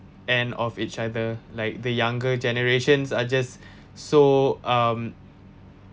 and of each other like the younger generations are just so um